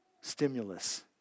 stimulus